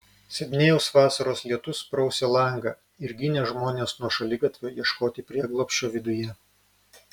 sidnėjaus vasaros lietus prausė langą ir ginė žmones nuo šaligatvio ieškoti prieglobsčio viduje